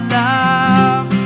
love